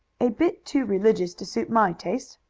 a bit too religious to suit my taste.